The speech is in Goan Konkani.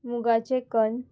मुगाचे कण